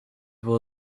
will